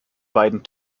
beiden